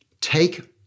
take